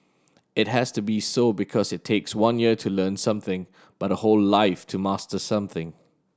it has to be so because it takes one year to learn something but a whole life to master something